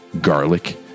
garlic